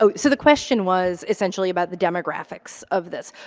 so so the question was, essentially about the demographics of this.